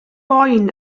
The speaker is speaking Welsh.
boen